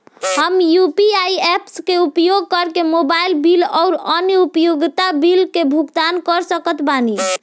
हम UPI apps के उपयोग करके मोबाइल बिल आउर अन्य उपयोगिता बिलन के भुगतान कर सकत बानी